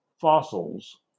fossils